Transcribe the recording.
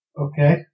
Okay